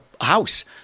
House